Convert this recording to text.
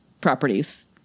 properties